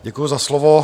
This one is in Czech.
Děkuji za slovo.